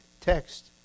text